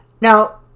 Now